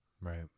Right